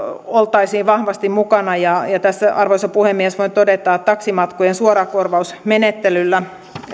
oltaisiin vahvasti mukana ja tässä arvoisa puhemies voin todeta että taksimatkojen suorakorvausmenettelyllä